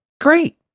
great